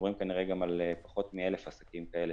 מדברים כנראה גם על פחות מ-1,000 עסקים כאלה